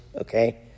okay